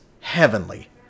heavenly